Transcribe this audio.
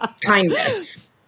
kindness